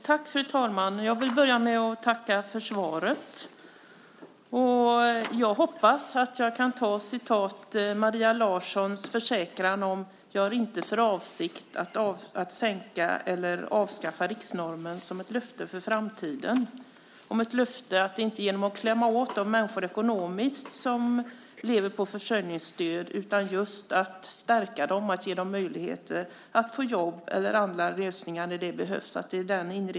Fru talman! Jag vill börja med att tacka för svaret. Jag hoppas att jag kan ta Maria Larssons försäkran "jag har inte för avsikt att avskaffa eller sänka riksnormen" som ett löfte för framtiden - ett löfte att inte klämma åt de människor som lever på försörjningsstöd ekonomiskt utan att inriktningen ska vara att stärka dem och ge dem möjligheter att få jobb eller andra lösningar när så behövs.